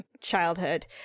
childhood